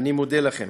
אני מודה לכם